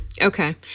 Okay